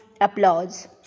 applause